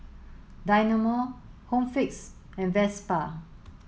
Dynamo Home Fix and Vespa